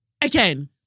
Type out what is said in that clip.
again